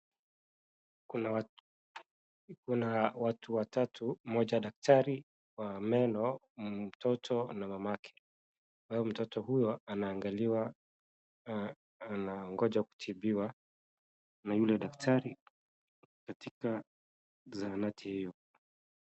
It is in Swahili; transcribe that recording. Kuna watu watatu. Mmoja daktari wa meno, mtoto na mamake. Mtoto huyo anaangaliwa, anangoja kutibiwa na yule daktari katika zahanati hiyo.